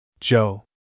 Joe